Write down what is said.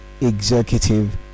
executive